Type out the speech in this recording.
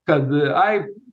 kad ai